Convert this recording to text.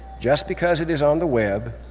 just because it is on the web,